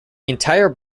entire